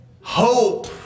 Hope